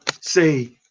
say